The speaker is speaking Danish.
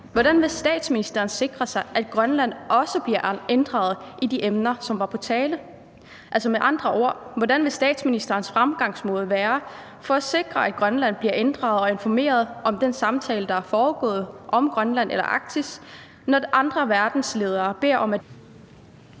hvordan vil statsministeren sikre sig, at Grønland også bliver inddraget i de emner, som er på tale? Med andre ord: Hvordan vil statsministerens fremgangsmåde være for at sikre, at Grønland bliver inddraget og informeret om den samtale, der er foregået om Grønland eller Arktis, når andre verdensledere beder om at